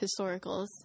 historicals